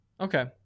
okay